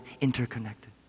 interconnected